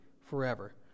forever